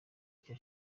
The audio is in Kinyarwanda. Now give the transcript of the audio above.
cya